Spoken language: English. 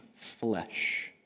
flesh